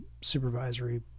supervisory